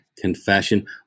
confession